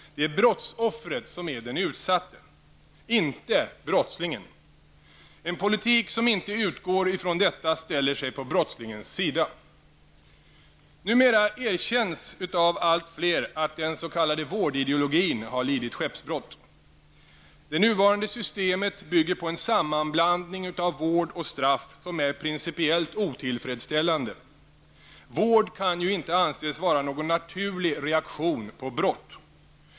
Det är brottsoffret som är den utsatte, inte brottslingen. En politik som inte utgår ifrån detta ställer sig på brottslingens sida. Numera erkänns av allt fler att den s.k. vårdideologin lidit skeppsbrott. Det nuvarande systemet bygger på en sammanblandning av vård och straff som är principiellt otillfredsställande. Vård kan ju inte anses vara någon naturlig reaktion på brott.